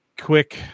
quick